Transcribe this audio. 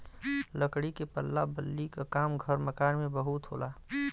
लकड़ी के पल्ला बल्ली क काम घर मकान में बहुत होला